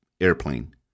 airplane